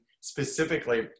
specifically